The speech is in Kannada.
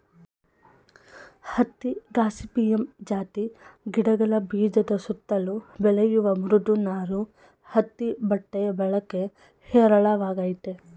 ಹತ್ತಿ ಗಾಸಿಪಿಯಮ್ ಜಾತಿ ಗಿಡಗಳ ಬೀಜದ ಸುತ್ತಲು ಬೆಳೆಯುವ ಮೃದು ನಾರು ಹತ್ತಿ ಬಟ್ಟೆ ಬಳಕೆ ಹೇರಳವಾಗಯ್ತೆ